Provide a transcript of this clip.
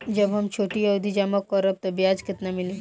जब हम छोटी अवधि जमा करम त ब्याज केतना मिली?